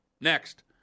Next